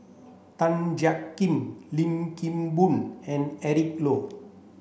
Tan Jiak Kim Lim Kim Boon and Eric Low